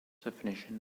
definition